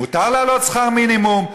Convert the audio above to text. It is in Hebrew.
מותר להעלות שכר מינימום,